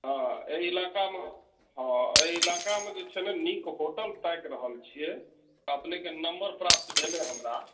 हँ एहि इलाकामे हँ एहि इलाकामे जे छलै नीक होटल ताकि रहल छियै अपनेके नम्बर प्राप्त भेल हइ हमरा